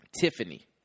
Tiffany